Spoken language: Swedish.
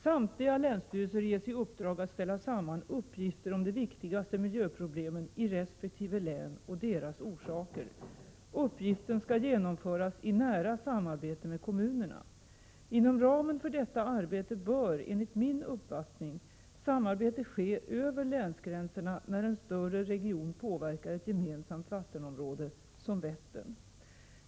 — Samtliga länsstyrelser ges i uppdrag att ställa samman uppgifter om de viktigaste miljöproblemen i resp. län och deras orsaker. Uppgiften skall genomföras i nära samarbete med kommunerna. Inom ramen för detta arbete bör, enligt min uppfattning, samarbete ske över länsgränserna när en större region påverkar ett gemensamt vattenområde som Vättern.